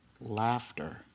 laughter